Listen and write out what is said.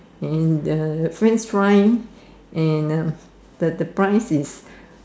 and the French fries and the the price is